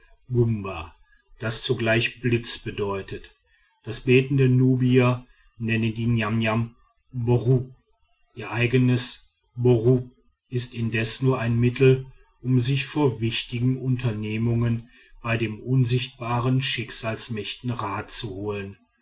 das zugleich blitz bedeutet das beten der nubier nennen die niamniam borru ihr eigenes borru ist indes nur ein mittel um sich vor wichtigen unternehmungen bei den unsichtbaren schicksalsmächten rat zu holen